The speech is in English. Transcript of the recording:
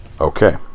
Okay